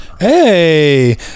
Hey